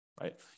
right